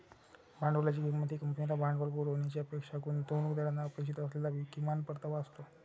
भांडवलाची किंमत ही कंपनीला भांडवल पुरवण्याची अपेक्षा गुंतवणूकदारांना अपेक्षित असलेला किमान परतावा असतो